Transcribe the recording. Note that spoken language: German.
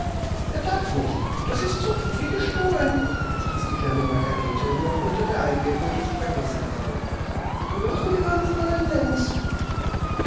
er darf nicht das ist so gut wie gestohlen stieß die kleine margarete noch unter der einwirkung des schreckens hervor die rosen gehören fräulein lenz